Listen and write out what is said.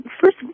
first